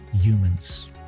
humans